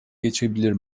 geçebilir